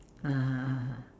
(uh huh) (uh huh)